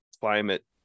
climate